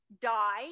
die